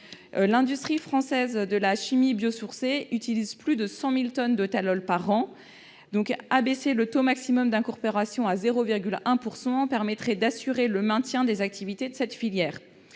L'industrie française de la chimie biosourcée utilise plus de 100 000 tonnes de tallol chaque année. Abaisser le taux maximal d'incorporation à 0,1 % permettrait d'assurer le maintien des activités de cette filière.